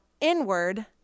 inward